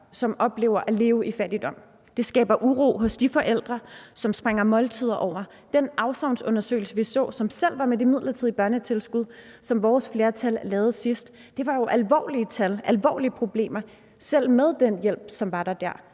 som oplever at leve i fattigdom, og det skaber uro hos de forældre, som springer måltider over. Den afsavnsundersøgelse, som vi har set, har jo vist, at der, selv med det midlertidige børnetilskud, som vores flertal lavede sidst, er alvorlige tal, og at der er alvorlige problemer. Selv med den hjælp, som der